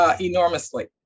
Enormously